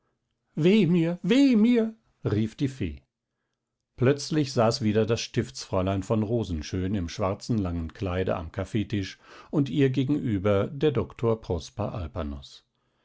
weh mir weh mir rief die fee plötzlich saß wieder das stiftsfräulein von rosen schön im schwarzen langen kleide am kaffeetisch und ihr gegenüber der doktor prosper